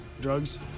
drugs